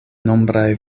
nombraj